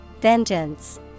Vengeance